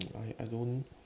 I I don't